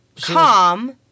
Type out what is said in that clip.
calm